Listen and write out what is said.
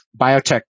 biotech